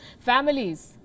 Families